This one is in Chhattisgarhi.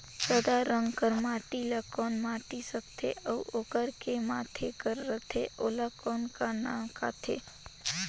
सादा रंग कर माटी ला कौन माटी सकथे अउ ओकर के माधे कर रथे ओला कौन का नाव काथे?